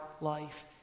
life